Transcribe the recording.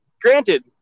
Granted